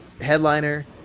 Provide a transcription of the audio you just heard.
headliner